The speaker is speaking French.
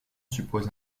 suppose